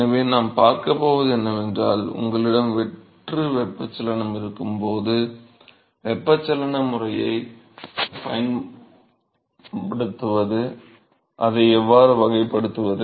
எனவே நாம் பார்க்கப் போவது என்னவென்றால் உங்களிடம் வெற்று வெப்பச்சலனம் இருக்கும்போது வெப்பச்சலன பயன்முறையை எவ்வாறு வகைப்படுத்துவது